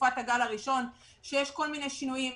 מתקופת הגל הראשון שיש כל מיני שינויים,